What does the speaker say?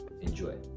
Enjoy